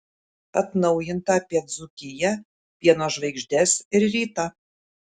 atnaujinta apie dzūkiją pieno žvaigždes ir rytą